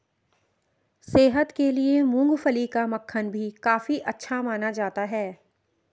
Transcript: सेहत के लिए मूँगफली का मक्खन भी काफी अच्छा माना जाता है